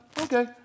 okay